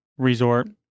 Resort